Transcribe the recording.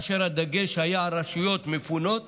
והדגש היה על רשויות מפונות